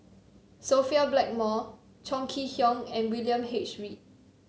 Sophia Blackmore Chong Kee Hiong and William H Read